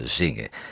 zingen